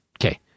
Okay